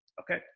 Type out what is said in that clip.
Okay